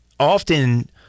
often